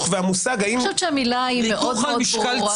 והמושג --- אני חושבת שהמילה היא מאוד ברורה.